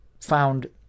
found